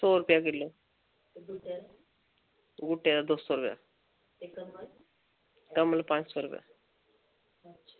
सौ रपेआ किलो ते गुट्टै दा दौ सौ रपेआ कमल पंज सौ रपेआ